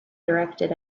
directed